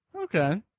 Okay